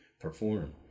perform